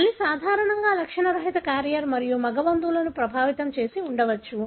తల్లి సాధారణంగా లక్షణరహిత క్యారియర్ మరియు మగ బంధువులను ప్రభావితం చేసి ఉండవచ్చు